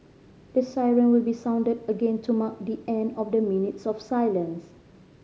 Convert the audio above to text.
the siren will be sounded again to mark the end of the minutes of silence